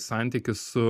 santykis su